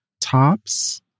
Tops